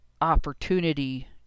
opportunity